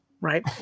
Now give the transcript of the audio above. right